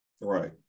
Right